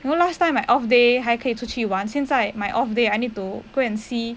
you last time I off day 还可以出去玩现在 my off day need to go and see